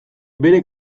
bere